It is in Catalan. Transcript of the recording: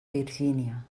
virgínia